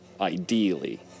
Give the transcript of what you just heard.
Ideally